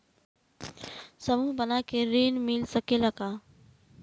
समूह बना के ऋण मिल सकेला का?